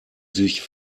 sich